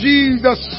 Jesus